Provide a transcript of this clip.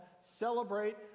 celebrate